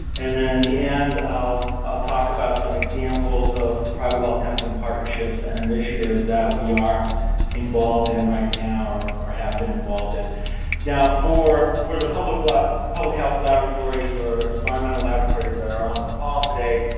and then in the end, i'll i'll talk about some examples of private well testing partnerships and initiatives that we are involved in right now, or or have been involved in now. for for the public like public health laboratories or environmental laboratories that are on the call today.